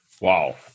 Wow